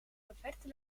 perfecte